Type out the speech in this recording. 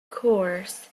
course